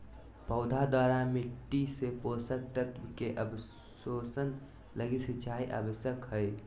पौधा द्वारा मिट्टी से पोषक तत्व के अवशोषण लगी सिंचाई आवश्यक हइ